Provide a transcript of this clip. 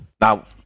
Now